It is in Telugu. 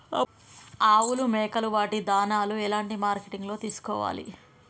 ఆవులు మేకలు వాటి దాణాలు ఎలాంటి మార్కెటింగ్ లో తీసుకోవాలి?